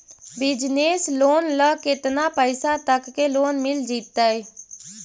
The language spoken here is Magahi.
बिजनेस लोन ल केतना पैसा तक के लोन मिल जितै?